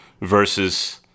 Versus